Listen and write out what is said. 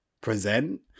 present